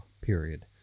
period